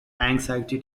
anxiety